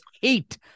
hate